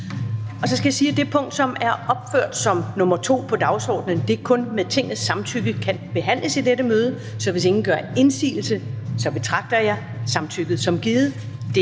(Karen Ellemann): Det punkt, som er opført som nr. 2 på dagsordenen, kan kun med Tingets samtykke behandles i dette møde. Hvis ingen gør indsigelse, betragter jeg samtykket som givet.